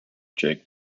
jake